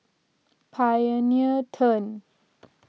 Pioneer Turn